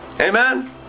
Amen